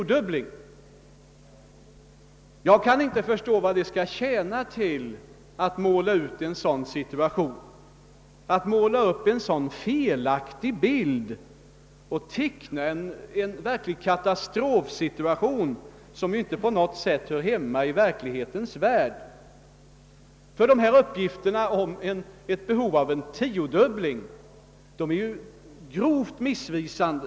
Jag kan nu inte förstå vad det skall tjäna till att måla upp en så felaktig bild och teckna en sådan katastrofsituation. Den hör inte på något sätt hemma i verklighetens värld. Påståendet att vi skulle behöva en tiodubbling av beredskapslagren är grovt missvisande.